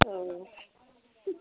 औ